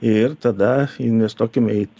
ir tada investuokim į